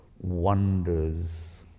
wonders